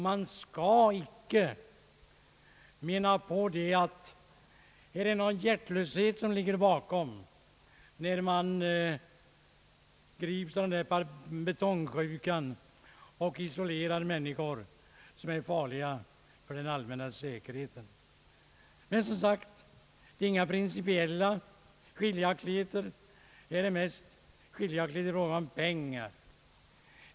Det är ingen hjärtlöshet eller något utslag av s.k. betongsjuka att man i en del fall måste isolera människor som är farliga för den allmänna säkerheten. Det föreligger här som sagt inga principiella skiljaktigheter, utan det är mest skiljaktiga uppfattningar i fråga om pengar.